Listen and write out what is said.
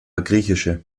griechische